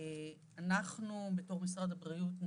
בתוך משרד הבריאות,